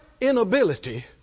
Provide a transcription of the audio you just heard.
inability